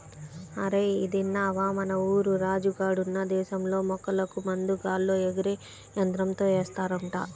అరేయ్ ఇదిన్నవా, మన ఊరు రాజు గాడున్న దేశంలో మొక్కలకు మందు గాల్లో ఎగిరే యంత్రంతో ఏస్తారంట